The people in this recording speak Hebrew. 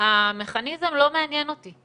המכניזם לא מעניין אותי.